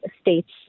states